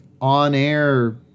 on-air –